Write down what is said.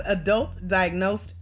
adult-diagnosed